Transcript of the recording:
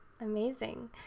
amazing